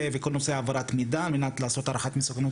וכל נושא הערכת מידע על מנת לעשות הערכת מסוכנות,